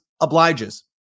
obliges